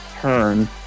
turn